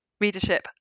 readership